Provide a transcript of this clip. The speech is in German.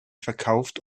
verkauft